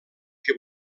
que